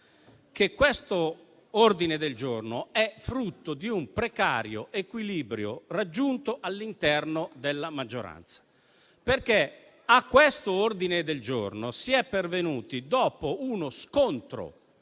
che questo ordine del giorno è frutto di un precario equilibrio raggiunto all'interno della maggioranza, perché a questo ordine del giorno si è pervenuti dopo uno scontro